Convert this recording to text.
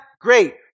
great